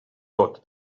tot